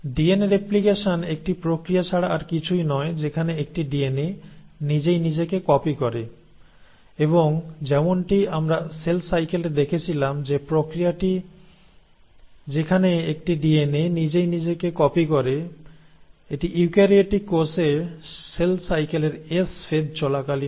DNA replication একটি প্রক্রিয়া ছাড়া আর কিছুই নয় যেখানে একটি ডিএনএ নিজেই নিজেকে কপি করে এবং যেমনটি আমরা সেল সাইকেলে দেখেছিলাম যে প্রক্রিয়াটি যেখানে একটি ডিএনএ নিজেই নিজেকে কপি করে এটি ইউক্যারিওটিক কোষে সেল সাইকেলের এস ফেজ চলাকালীন হয়